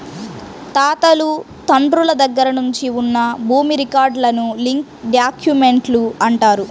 తాతలు తండ్రుల దగ్గర నుంచి ఉన్న భూమి రికార్డులను లింక్ డాక్యుమెంట్లు అంటారు